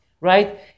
Right